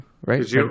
right